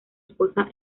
esposa